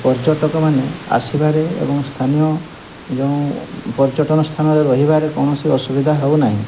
ପର୍ଯ୍ୟଟକମାନେ ଆସିବାରେ ଏବଂ ସ୍ଥାନୀୟ ଯେଉଁ ପର୍ଯ୍ୟଟନ ସ୍ଥାନରେ ରହିବାରେ କୌଣସି ଅସୁବିଧା ହେଉନାହିଁ